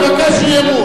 תבקש אי-אמון.